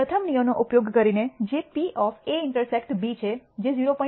પ્રથમ નિયમનો ઉપયોગ કરીને જે PA ∩ B છે જે 0